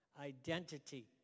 Identity